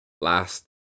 last